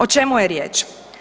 O čemu je riječ?